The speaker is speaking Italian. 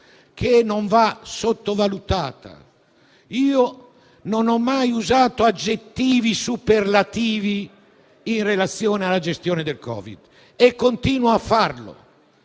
che non va sottovalutata. Non ho mai usato aggettivi superlativi in relazione alla gestione del Covid e continuo ad evitarlo.